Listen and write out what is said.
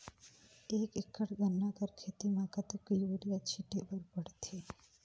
एक एकड़ गन्ना कर खेती म कतेक युरिया छिंटे बर पड़थे?